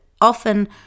often